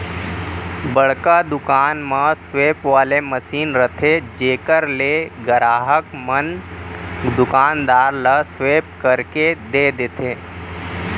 बड़का दुकान म स्वेप वाले मसीन रथे जेकर ले गराहक मन दुकानदार ल स्वेप करके दे देथे